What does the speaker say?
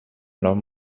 homme